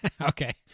Okay